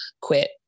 quit